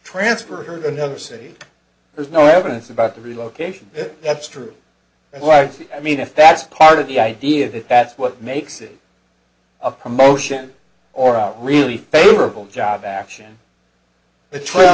transfer to another city there's no evidence about the relocation if that's true why i mean if that's part of the idea if that's what makes it a promotion or out really favorable job action the